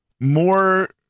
more